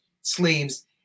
sleeves